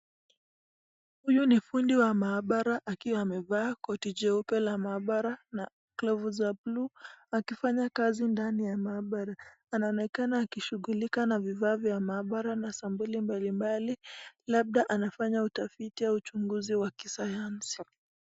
Huyu ni fundi wa mahabara akiwa amevaa koti jeupe la mahabara na glovu za buluu akifanya kazi ndani ya mahabara, anaonekana akishukulika na vifaa za mahabara na sampuli mbalimbali labda anfanya utafiti au uchunguzi wa kisayansi.